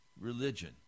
religion